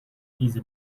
تبعیض